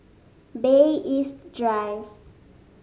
Bay East Drive